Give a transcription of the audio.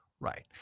Right